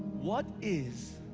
what is